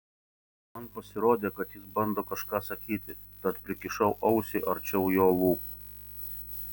man pasirodė kad jis bando kažką sakyti tad prikišau ausį arčiau jo lūpų